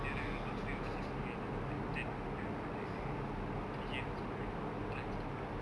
mineral water or something like that like inside the water got like the nutrients for the plants to grow